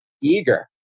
eager